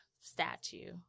statue